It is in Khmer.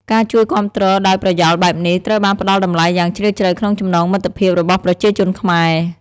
ការជួយគាំទ្រដោយប្រយោលបែបនេះ ត្រូវបានផ្ដល់តម្លៃយ៉ាងជ្រាលជ្រៅក្នុងចំណងមិត្តភាពរបស់ប្រជាជនខ្មែរ។